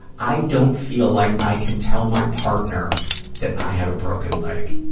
i don't feel like i can tell my partner that i have a broken leg.